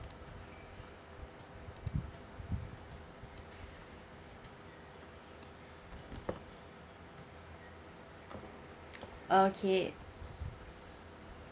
okay